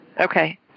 Okay